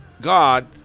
God